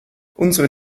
unsere